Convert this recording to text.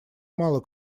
мало